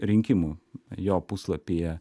rinkimų jo puslapyje